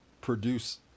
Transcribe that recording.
produce